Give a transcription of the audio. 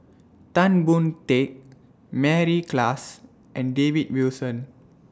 Tan Boon Teik Mary Klass and David Wilson